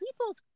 people's